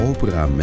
Opera